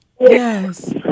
Yes